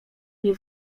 nie